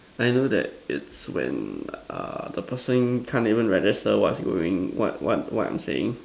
I know that it's when uh the person can't even register what's going what what I'm saying